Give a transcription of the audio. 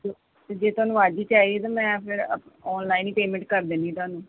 ਅਤੇ ਜੇ ਤੁਹਾਨੂੰ ਅੱਜ ਹੀ ਚਾਹੀਦਾ ਤਾਂ ਮੈਂ ਫਿਰ ਅ ਔਨਲਾਈਨ ਹੀ ਪੇਮੈਂਟ ਕਰ ਦਿੰਦੀ ਤੁਹਾਨੂੰ